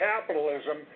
capitalism